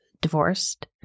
divorced